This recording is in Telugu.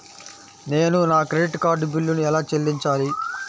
నేను నా క్రెడిట్ కార్డ్ బిల్లును ఎలా చెల్లించాలీ?